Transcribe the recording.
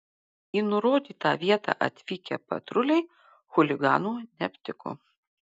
į nurodytą vietą atvykę patruliai chuliganų neaptiko